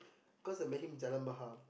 cause I met him Jalan-Bahar